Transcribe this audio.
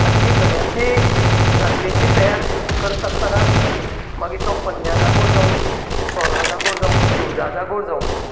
आत ही गड्याची जात्रेची तयार क करत आसतनाच मागीर तो पन्न्या जागोर जावूं चोरां जागोर जावूं दिवजां जागोर जावूं